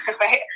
right